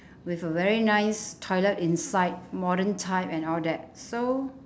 with a very nice toilet inside modern type and all that so